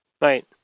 Right